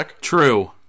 True